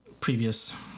previous